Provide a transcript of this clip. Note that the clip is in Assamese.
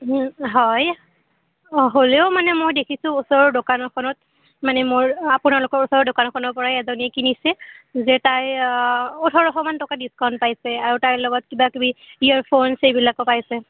হয় অঁ হ'লেও মানে মই দেখিছোঁ ওচৰৰ দোকান এখনত মানে মোৰ আপোনালোকৰ ওচৰৰ দোকানখনৰ পৰাই এজনী কিনিছিল যে তাই ওঠৰশ মান টকা ডিচকাডণ্ট পাইছে আৰু তাৰ লগত কিবা কিবি ইয়াৰফোনচ সেইবিলাকো পাইছে